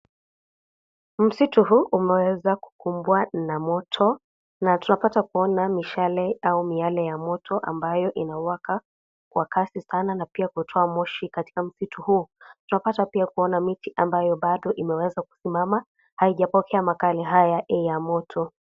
Msitu huu umeweza kukumbwa na moto na tunapata kuona mishale au miale ya moto ambayo inawaka kwa kasi sana na pia kutoa moshi katika msitu huu. Tunapata pia kuona miti ambayo bado imeweza kusimama, haijapokea makali haya ya moto.